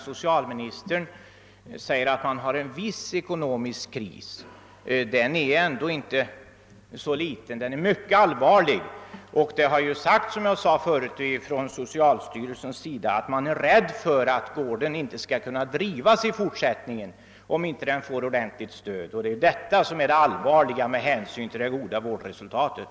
Socialministern säger att det föreligger en viss ekonomisk kris, men den är ändå inte så liten utan tvärtom mycket allvarlig. Som jag nämnde har man från socialstyrelsens sida sagt att man är rädd för att gården inte skall kunna drivas i fortsättningen, om den inte får ordentligt stöd. Detta är allvarligt med hänsyn till det goda vårdresultatet.